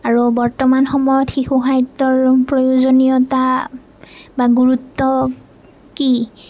আৰু বৰ্তমান সময়ত শিশু সাহিত্যৰ প্ৰয়োজনীয়তা বা গুৰুত্ব কি